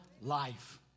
life